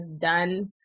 done